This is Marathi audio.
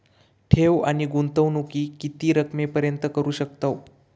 ठेव आणि गुंतवणूकी किती रकमेपर्यंत करू शकतव?